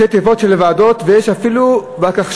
ראשי תיבות של ועדות, ויש אפילו ולקחש"פים.